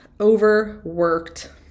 overworked